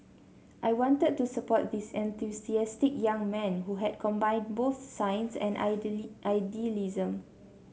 I wanted to support this enthusiastic young man who has combined both science and idealism